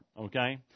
okay